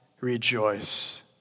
rejoice